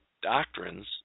doctrines